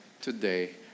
today